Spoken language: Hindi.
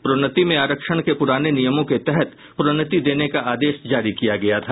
प्रोन्नति में आरक्षण के पुराने नियमों के तहत प्रोन्नति देने का आदेश जारी किया गया था